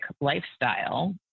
lifestyle